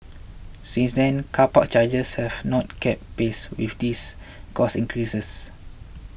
since then car park charges have not kept pace with these cost increases